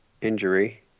injury